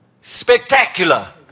Spectacular